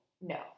No